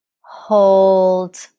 Hold